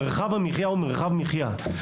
מרחב המחיה הוא מרחב מחיה.